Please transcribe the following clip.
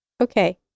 Okay